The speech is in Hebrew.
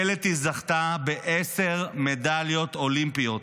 קלטי זכתה בעשר מדליות אולימפיות,